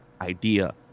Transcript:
idea